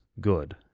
good